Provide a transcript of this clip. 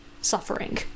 suffering